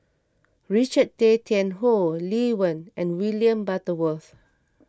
Richard Tay Tian Hoe Lee Wen and William Butterworth